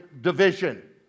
division